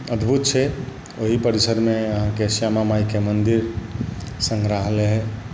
अद्भुत छै ओहि परिसरमे आहाँकेँ श्यामा माइके मन्दिर संग्रहालय